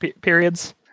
periods